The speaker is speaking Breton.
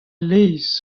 leizh